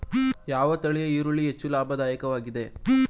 ಯಾವ ತಳಿಯ ಈರುಳ್ಳಿ ಹೆಚ್ಚು ಲಾಭದಾಯಕವಾಗಿದೆ?